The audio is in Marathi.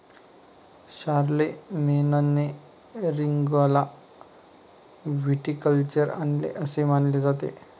शारलेमेनने रिंगौला व्हिटिकल्चर आणले असे मानले जाते